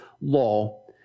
law